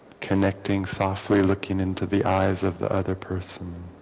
connecting softly looking into the eyes of the other person